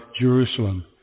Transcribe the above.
Jerusalem